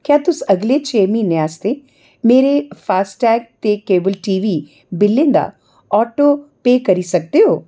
क्या तुस अगले छे म्हीनें आस्तै मेरे फास्ट टैग ते केबल टीवी बिल्लें दा ऑटो पेऽ करी सकदे ओ